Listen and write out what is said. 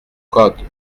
code